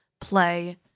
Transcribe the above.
play